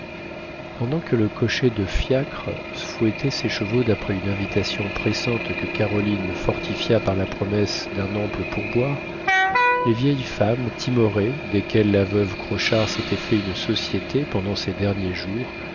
pendant que le cocher de fiacre fouettait ses chevaux d'après une invitation pressante que caroline fortifia par la promesse d'un ample pour boire les vieilles femmes timorées desquelles la veuve crochard s'était fait une société pendant ses derniers jours